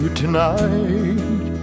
tonight